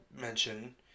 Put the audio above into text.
mention